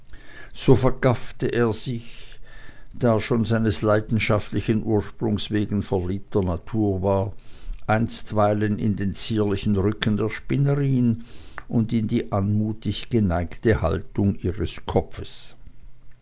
so vergaffte er sich da er schon seines leidenschaftlichen ursprungs wegen verliebter natur war einstweilen in den zierlichen rücken der spinnerin und in die anmutig geneigte haltung ihres kopfes